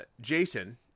Jason